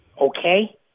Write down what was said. okay